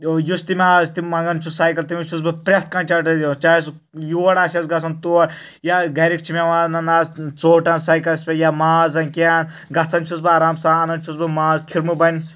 یُس تہِ مےٚ آز تِم منگان چھُ سایکل تٔمِس چھُس بہٕ پرٛٮ۪تھ کانٛہہ چٹٲرۍ دِوان چاہے سُہ یور آسیٚس گژھُن تور یا گرِکۍ چھِ مےٚ ونان آز ژوٚٹ ان سایکلس پٮ۪ٹھ یا ماز ان کینٛہہ ان گژھان چھُس بہٕ آرام سان انان چھُس بہٕ ماز